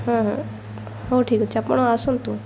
ହଁ ହଁ ହଉ ଠିକ୍ ଅଛି ଆପଣ ଆସନ୍ତୁ